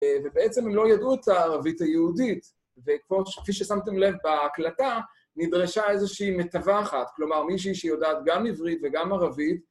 ובעצם הם לא ידעו את הערבית היהודית, וכפי ששמתם לב בהקלטה, נדרשה איזושהי מתווכת. כלומר, מישהי שהיא יודעת גם עברית וגם ערבית,